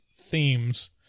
themes